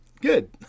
Good